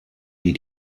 die